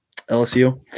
LSU